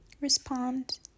respond